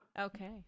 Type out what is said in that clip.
Okay